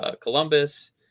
Columbus